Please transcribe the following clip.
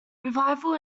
revival